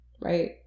right